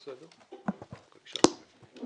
בבקשה.